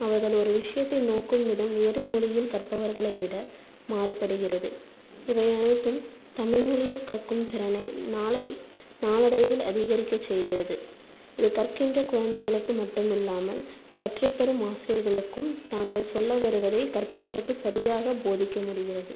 அவர்கள் ஒரு விஷயத்தை நோக்கும் விதம் வேறு மொழியில் கற்பவர்களை விட மாறுபடுகிறது இவை அனைத்தும் தமிழ் மொழியில் கற்கும் திறனை நாளை நாளடைவில் அதிகரிக்க செய்கிறது இது கற்கின்ற குழந்தைகளுக்கு மட்டுமில்லாமல் கற்றுத்தரும் ஆசிரியர்களுக்கும் தாங்கள் சொல்ல வருவதை கற்பவர்களுக்கு சரியாக போதிக்க முடிகிறது